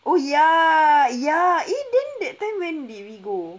oh ya ya !ee! then that time when did we go